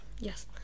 Yes